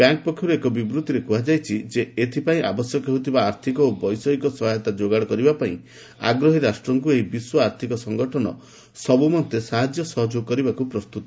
bank ପକ୍ଷରୁ ଏକ ବିବୃଭିରେ କୁହାଯାଇଛି ଯେ ଏଥିପାଇଁ ଆବଶ୍ୟକ ହେଉଥିବା ଆର୍ଥିକ ଓ ବୈଷୟିକ ସହାୟତା ଯୋଗାଡ଼ କରିବା ପାଇଁ ଆଗ୍ରହୀ ରାଷ୍ଟ୍ରଙ୍କୁ ଏହି ବିଶ୍ୱ ଆର୍ଥିକ ସଂଗଠନ ସବୁମନ୍ତେ ସାହାଯ୍ୟ ସହଯୋଗ କରିବାକୁ ପ୍ରସ୍ତତ